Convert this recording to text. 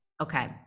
okay